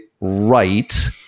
right